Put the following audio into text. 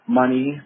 money